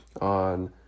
on